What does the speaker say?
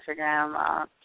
Instagram